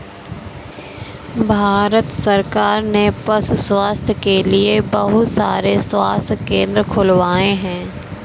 भारत सरकार ने पशु स्वास्थ्य के लिए बहुत सारे स्वास्थ्य केंद्र खुलवाए हैं